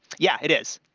yeah, it is.